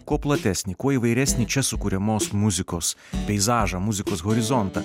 kuo platesnį kuo įvairesnį čia sukuriamos muzikos peizažą muzikos horizontą